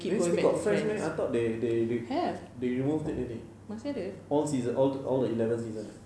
!huh! still got friends meh I thought they they they have they removed it already all season all the eleven season ah